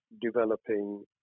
developing